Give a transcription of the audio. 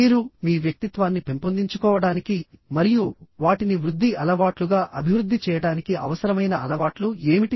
మీరు మీ వ్యక్తిత్వాన్ని పెంపొందించుకోవడానికి మరియు వాటిని వృద్ధి అలవాట్లుగా అభివృద్ధి చేయడానికి అవసరమైన అలవాట్లు ఏమిటి